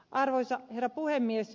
arvoisa herra puhemies